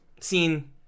seen